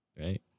Right